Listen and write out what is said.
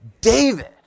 David